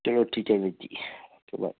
ਚਲੋ ਠੀਕ ਹੈ ਵੀਰ ਜੀ ਓਕੇ ਬਾਏ